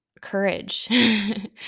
courage